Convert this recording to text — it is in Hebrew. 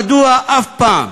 מדוע אף פעם,